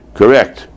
correct